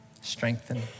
strengthen